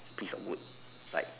piece of wood like